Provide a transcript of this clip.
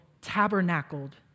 tabernacled